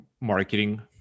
marketing